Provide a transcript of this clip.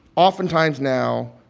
oftentimes now,